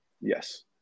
Yes